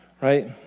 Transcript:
right